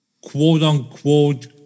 quote-unquote